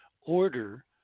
order